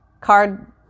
card